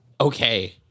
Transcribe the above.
okay